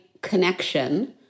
connection